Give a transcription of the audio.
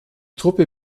truppe